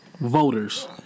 voters